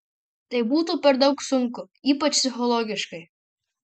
tai būtų per daug sunku ypač psichologiškai